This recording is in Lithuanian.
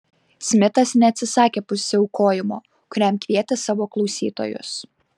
smitas neatsisakė pasiaukojimo kuriam kvietė savo klausytojus